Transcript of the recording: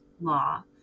law